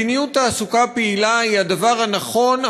מדיניות תעסוקה פעילה היא הדבר הנכון,